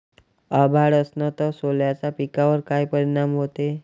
अभाळ असन तं सोल्याच्या पिकावर काय परिनाम व्हते?